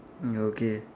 mm okay